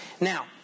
Now